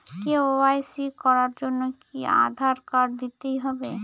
KYC করার জন্য কি আধার কার্ড দিতেই হবে?